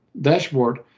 dashboard